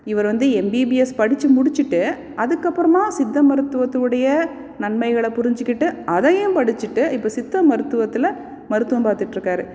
இவர் வந்து எம்பிபிஎஸ் படித்து முடித்துட்டு அதுக்கப்பறமாக சித்த மருத்துவத்துடைய நன்மைகளை புரிஞ்சுக்கிட்டு அதையும் படித்துட்டு இப்போ சித்த மருத்துவத்தில் மருத்துவம் பார்த்துட்டு இருக்கார்